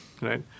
right